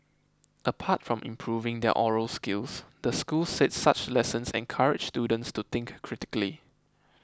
apart from improving their oral skills the school said such lessons encourage students to think critically